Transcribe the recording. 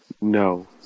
no